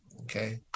okay